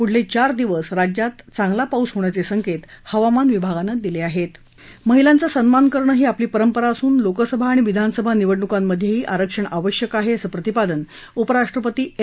पुढील चार दिवस राज्यात चांगला पाऊस होण्याचसिक्तिहवामान विभागानं दिलआहप्त महिलांचा सन्मान करणं ही आपली परंपरा असून लोकसभा आणि विधानसभा निवडणुकांमधेही आरक्षण आवश्यक आहे असं प्रतिपादन उपराष्ट्रपती एम